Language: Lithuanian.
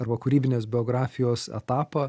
arba kūrybinės biografijos etapą